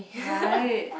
right